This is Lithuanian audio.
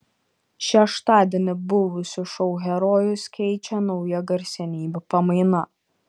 šeštadienį buvusius šou herojus keičia nauja garsenybių pamaina